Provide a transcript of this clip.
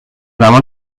زمان